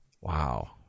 wow